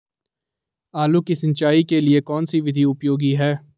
आलू की सिंचाई के लिए कौन सी विधि उपयोगी है?